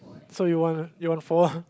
so you want you want four